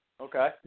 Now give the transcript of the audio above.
Okay